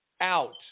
out